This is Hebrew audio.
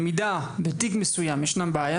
במידה ובתיק מסוים יש בעיה,